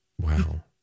Wow